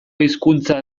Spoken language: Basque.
hizkuntza